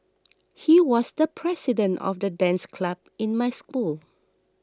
he was the president of the dance club in my school